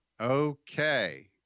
Okay